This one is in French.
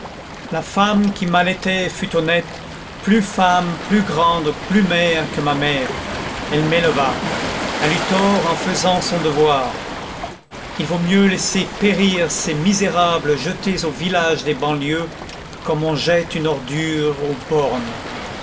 la femme qui m'allaita fut honnête plus femme plus grande plus mère que ma mère elle m'éleva elle eut tort en faisant son devoir il vaut mieux laisser périr ces misérables jetés aux villages des banlieues comme on jette une ordure aux bornes